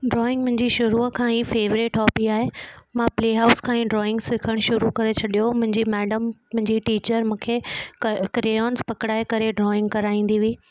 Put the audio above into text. drawing मुंहिंजी शुरूअ खां ई फेबरेट हॉबी आहे मां प्ले हाउस खां ई ड्रॉइंग सिखण शुरू करे छॾियो मुंहिंजी मैडम मुंहिंजी टीचर मूंखे क क्रेयॉन्स पकड़ाए करे ड्रॉइंग कराईंदी हुई